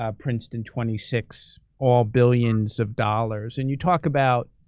ah princeton twenty six, all billions of dollars. and you talk about,